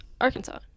Arkansas